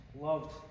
Loved